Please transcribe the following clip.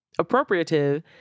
appropriative